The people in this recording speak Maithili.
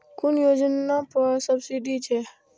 कुन योजना पर सब्सिडी छै?